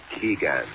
Keegan